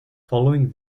following